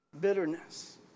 bitterness